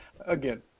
Again